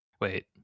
Wait